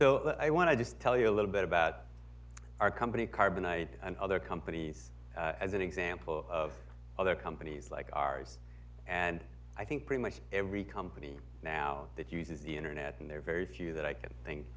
so i want to just tell you a little bit about our company carbonite and other companies as an example of other companies like ours and i think pretty much every company now that uses the internet and there very few that i can thin